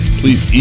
please